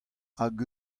hag